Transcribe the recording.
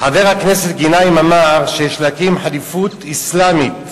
חבר הכנסת גנאים אמר שיש להקים ח'ליפות אסלאמית